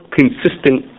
consistent